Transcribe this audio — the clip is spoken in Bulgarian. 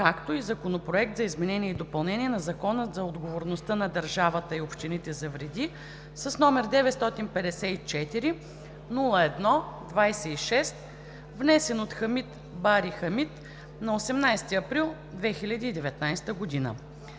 гласуване Законопроект за изменение и допълнение на Закона за отговорността на държавата и общините за вреди, № 954-01-26, внесен от Хамид Бари Хамид на 18 април 2019 г.“